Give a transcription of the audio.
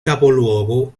capoluogo